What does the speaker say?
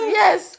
yes